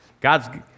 God's